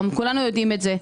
כולנו יודעים את זה.